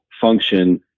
function